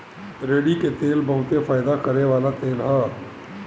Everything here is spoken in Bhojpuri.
रेड़ी के तेल बहुते फयदा करेवाला तेल ह